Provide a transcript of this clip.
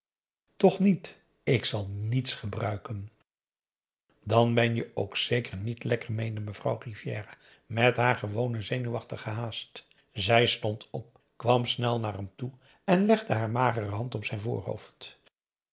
toch niet ik zal niets gebruiken dan ben je ook zeker niet lekker meende mevrouw rivière met haar gewone zenuwachtige haast zij stond op kwam snel naar hem toe en legde haar magere hand op zijn voorhoofd